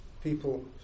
people